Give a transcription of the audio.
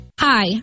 Hi